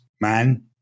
man